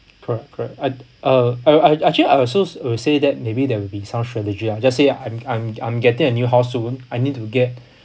correct correct I uh I I actually I also will say that maybe there will be some strategy lah just say I'm I'm I'm getting a new house soon I need to get